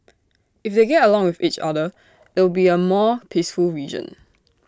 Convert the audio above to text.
if they get along with each other it'll be A more peaceful region